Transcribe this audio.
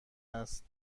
است